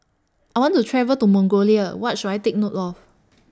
I want to travel to Mongolia What should I Take note of